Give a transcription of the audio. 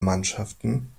mannschaften